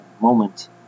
moment